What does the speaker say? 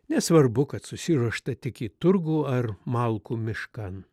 nesvarbu kad susiruošta tik į turgų ar malkų miškan